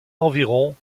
environ